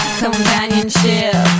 companionship